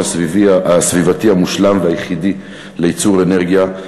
הסביבתי המושלם והיחידי לייצור אנרגיה.